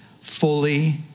fully